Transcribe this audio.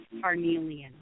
carnelian